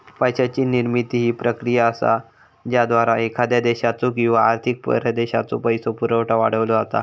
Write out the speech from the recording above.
पैशाची निर्मिती ही प्रक्रिया असा ज्याद्वारा एखाद्या देशाचो किंवा आर्थिक प्रदेशाचो पैसो पुरवठा वाढवलो जाता